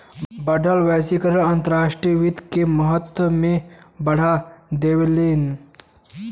बढ़ल वैश्वीकरण अंतर्राष्ट्रीय वित्त के महत्व के बढ़ा देहलेस